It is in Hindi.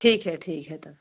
ठीक है ठीक है तब